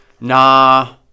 Nah